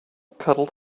cuddled